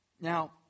Now